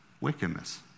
wickedness